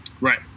Right